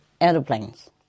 airplanes